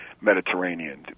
Mediterranean